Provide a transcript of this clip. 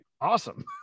awesome